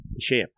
shape